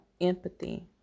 empathy